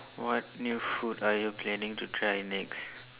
what new food are you planning to try next